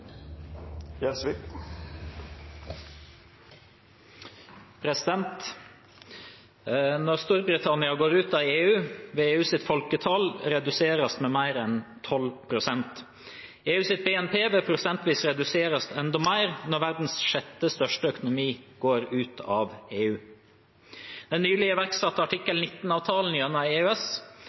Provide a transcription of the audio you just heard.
Storbritannia går ut av EU, vil EUs folketall reduseres med mer enn 12 pst. EUs BNP vil prosentvis reduseres enda mer når verdens sjette største økonomi går ut av EU. Den nylig iverksatte artikkel 19-avtalen gjennom EØS,